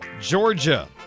Georgia